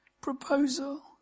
proposal